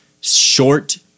short